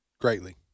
greatly